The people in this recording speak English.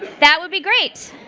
that would be great.